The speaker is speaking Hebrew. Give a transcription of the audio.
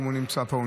אם הוא נמצא פה,